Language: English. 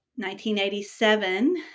1987